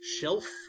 Shelf